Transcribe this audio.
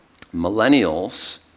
Millennials